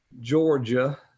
Georgia